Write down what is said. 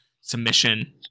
Submission